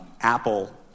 Apple